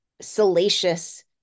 salacious